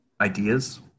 ideas